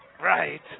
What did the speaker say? Right